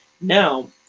Now